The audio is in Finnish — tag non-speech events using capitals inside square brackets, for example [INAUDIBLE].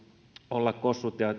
olla kossut ja [UNINTELLIGIBLE]